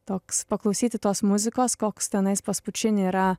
toks paklausyti tos muzikos koks tenais pas pučini yra